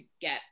get